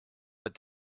but